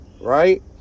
right